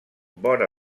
vora